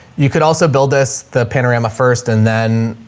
you could also build this, the panorama first and then